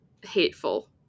hateful